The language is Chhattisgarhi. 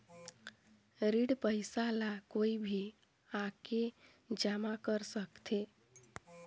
ऋण पईसा ला कोई भी आके जमा कर सकथे?